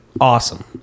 awesome